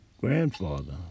grandfather